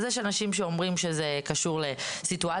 אז יש אנשים שאומרים שזה קשור לסיטואציות,